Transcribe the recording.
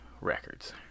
Records